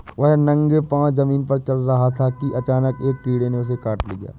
वह नंगे पांव जमीन पर चल रहा था कि अचानक एक कीड़े ने उसे काट लिया